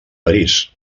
parís